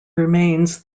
remains